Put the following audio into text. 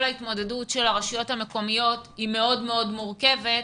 ההתמודדות של הרשויות המקומיות היא מאוד מאוד מורכבת,